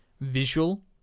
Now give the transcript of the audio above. visual